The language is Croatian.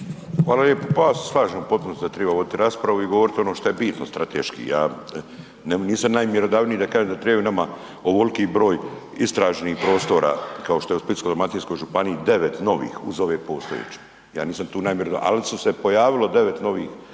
Hvala lijepo. Pa ja se slažem u potpunosti da treba vodit raspravu i govorit ono šta je bitno strateški, ja nisam najmjerodavniji da kažem da treba nama ovoliki broj istražnih prostora kao što je u Splitsko-dalmatinskoj županiji 9 novi uz ove postojeće, ja nisam tu najmjerodavniji ali su se pojavili 9 novih